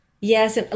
Yes